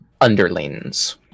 underlings